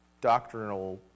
doctrinal